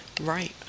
right